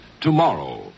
tomorrow